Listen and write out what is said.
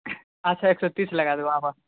अच्छा एक सए तीस लगा देबौ आबह